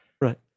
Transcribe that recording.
right